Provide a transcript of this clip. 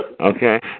Okay